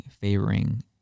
favoring